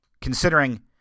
Considering